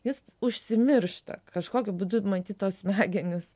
jis užsimiršta kažkokiu būdu matyt tos smegenys